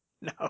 no